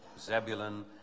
Zebulun